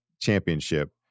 championship